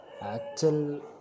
actual